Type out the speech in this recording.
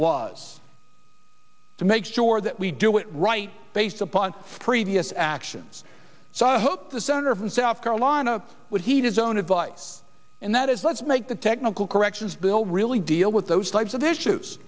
was to make sure that we do it right based upon previous actions so i hope the senator from south carolina would he does own advice and that is let's make the technical corrections bill really deal with those types of issues